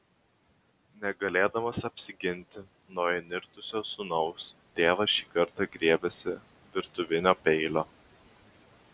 negalėdamas apsiginti nuo įnirtusio sūnaus tėvas šį kartą griebėsi virtuvinio peilio